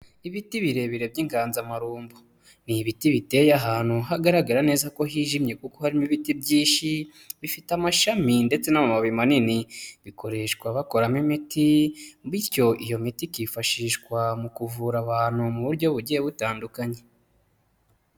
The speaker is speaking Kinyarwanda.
Ibiti birebire by'inganzamarumbu, ni ibiti biteye ahantu hagaragara neza ko hijimye, kuko harimo ibiti byinshi bifite amashami ndetse n'amababi manini, bikoreshwa bakoramo imiti bityo iyo miti ikifashishwa mu kuvura abantu mu buryo bugiye butandukanye.